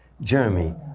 Jeremy